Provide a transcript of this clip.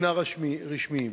ראשונה ברוב של 12 תומכים,